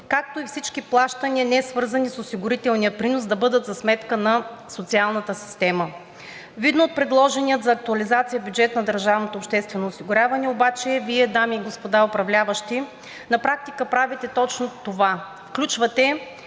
както и всички плащания, несвързани с осигурителния принос, да бъдат за сметка на социалната система. Видно от предложения за актуализация бюджет на държавното обществено осигуряване обаче Вие, дами и господа управляващи, на практика правите точно това – включвате